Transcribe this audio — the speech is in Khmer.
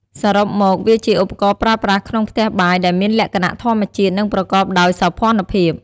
សរុបមក វាជាឧបករណ៍ប្រើប្រាស់ក្នុងផ្ទះបាយដែលមានលក្ខណៈធម្មជាតិ និងប្រកបដោយសោភ័ណភាព។